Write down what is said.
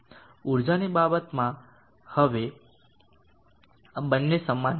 ઊર્જાની બાબતમાં હવે આ બંને સમાન છે